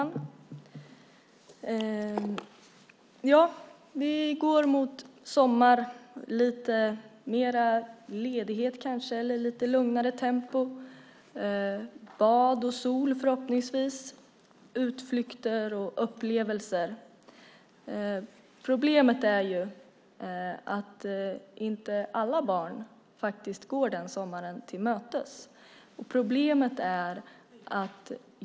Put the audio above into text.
Herr talman! Vi går mot sommar med kanske lite mer ledighet och lugnare tempo, och förhoppningsvis bad och sol, utflykter och upplevelser. Problemet är att inte alla barn går den sommaren till mötes.